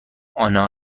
آنا